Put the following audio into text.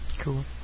Cool